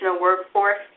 workforce